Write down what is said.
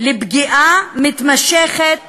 לפגיעה מתמשכת